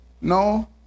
No